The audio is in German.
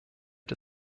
der